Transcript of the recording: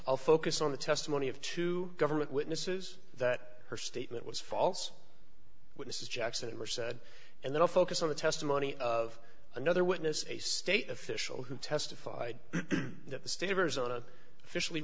of focus on the testimony of two government witnesses that her statement was false witnesses jackson were said and then focus on the testimony of another witness a state official who testified that the state of arizona officially